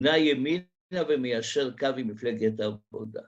‫נע ימינה ומיישר קו ‫עם מפלגת העבודה.